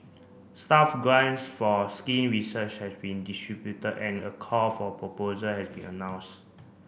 staff grants for skin research has been distributed and a call for proposal has been announce